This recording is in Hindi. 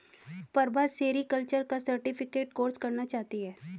प्रभा सेरीकल्चर का सर्टिफिकेट कोर्स करना चाहती है